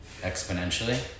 exponentially